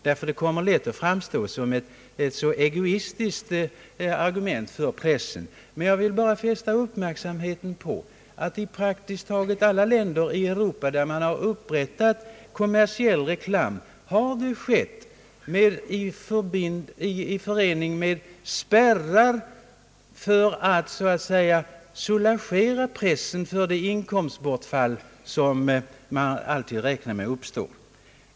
Detta argument kommer lätt att framstå som ett egoistiskt argument för pressen. Jag vill bara fästa uppmärksamheten på att i praktiskt taget alla länder i Europa, där man upprättat kommersiell reklam, har det skett i förening med spärrar för att så att säga soulagera pressen för det inkomstbortfall som man alltid måste räkna med.